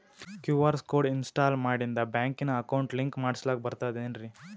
QR code install ಮಾಡಿಂದ ಬ್ಯಾಂಕಿನ account link ಮಾಡಸ್ಲಾಕ ಬರ್ತದೇನ್ರಿ